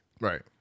Right